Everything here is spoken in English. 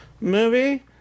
movie